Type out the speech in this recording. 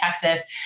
Texas